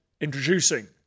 introducing